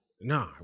No